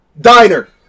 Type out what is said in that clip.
Diner